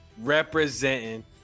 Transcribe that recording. representing